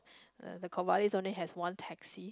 the the Corvallis only has one taxi